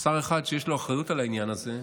שר אחד שיש לו אחריות לעניין הזה,